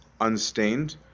unstained